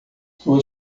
sua